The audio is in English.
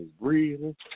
breathing